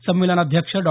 संमेलनाध्यक्ष डॉ